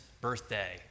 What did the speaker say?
birthday